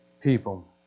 people